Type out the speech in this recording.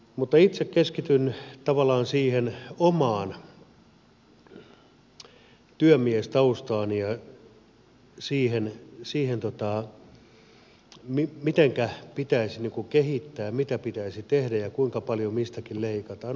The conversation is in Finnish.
mutta itse keskityn tavallaan siihen omaan työmiestaustaan ja siihen mitenkä pitäisi kehittää mitä pitäisi tehdä ja kuinka paljon mistäkin leikataan